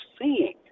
seeing